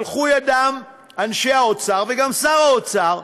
שלחו ידם אנשי האוצר, וגם שר האוצר,